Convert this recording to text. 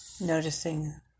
noticing